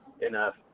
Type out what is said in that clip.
enough